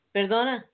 Perdona